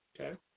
Okay